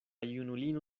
junulino